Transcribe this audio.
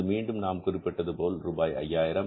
அது மீண்டும் நாம் குறிப்பிட்டதுபோல் ரூபாய் 5000